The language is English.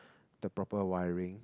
the proper wiring